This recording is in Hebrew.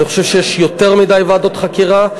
אני חושב שיש יותר מדי ועדות חקירה.